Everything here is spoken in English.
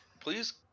Please